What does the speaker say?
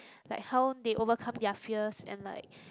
like how they overcome their fears and like